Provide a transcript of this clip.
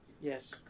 yes